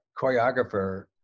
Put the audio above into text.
choreographer